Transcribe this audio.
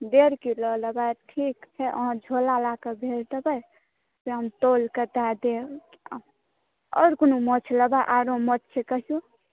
डेढ़ किलो लेबै ठीक छै अहाँ झोला लयकऽ भेज देबै हम तौल कऽ दय देब आरो कोनो माछ लेबै से कहियौ